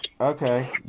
Okay